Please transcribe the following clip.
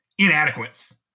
Inadequates